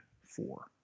four